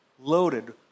loaded